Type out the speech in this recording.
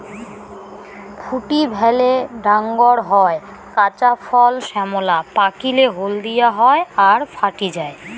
ফুটি ভালে ডাঙর হয়, কাঁচা ফল শ্যামলা, পাকিলে হলদিয়া হয় আর ফাটি যায়